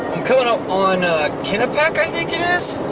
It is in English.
on kennebec i think it is